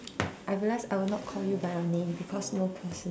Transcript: I realize I will not call you by your name because no personal name